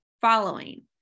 following